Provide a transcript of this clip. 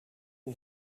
and